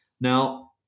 Now